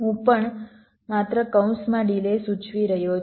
તેથી હું પણ માત્ર કૌંસમાં ડિલે સૂચવી રહ્યો છું